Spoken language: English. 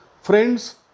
friends